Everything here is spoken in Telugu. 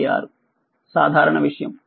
సాధారణ విషయం